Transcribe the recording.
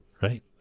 right